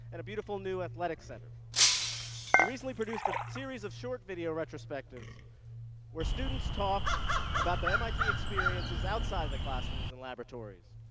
and a beautiful new athletic center. we recently produced a series of short video retrospectives where students talk about their mit experiences outside of the classrooms and laboratories.